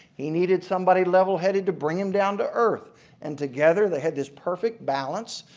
he needed somebody levelheaded to bring him down to earth and together they had this perfect balance,